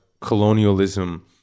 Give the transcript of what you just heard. colonialism